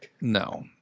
No